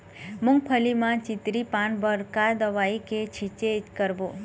मूंगफली म चितरी पान बर का दवई के छींचे करबो?